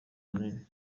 hanini